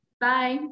bye